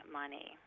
money